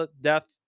death